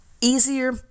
Easier